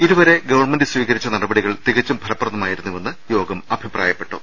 ഇതുവരെ ഗവൺമെന്റ് സ്വീകരിച്ച നടപടികൾ തികച്ചും ഫല പ്രദമായിരുന്നുവെന്ന് യോഗം അഭിപ്രായപ്പെട്ടു